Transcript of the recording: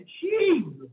Jesus